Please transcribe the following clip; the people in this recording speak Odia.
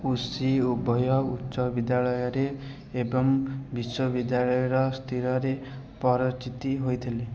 ଉଶି ଉଭୟ ଉଚ୍ଚ ବିଦ୍ୟାଳୟରେ ଏବଂ ବିଶ୍ୱବିଦ୍ୟାଳୟ ସ୍ତିରରେ ପରଚିତ ହୋଇଥିଲେ